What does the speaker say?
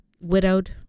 widowed